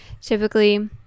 typically